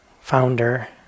founder